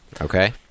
okay